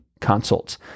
consults